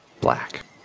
Black